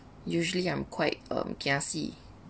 usually I'm quite um kiasi